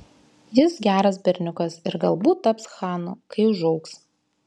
jis geras berniukas ir galbūt taps chanu kai užaugs